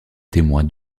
témoin